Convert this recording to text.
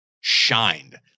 shined